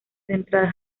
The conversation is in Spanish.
central